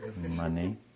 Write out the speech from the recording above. Money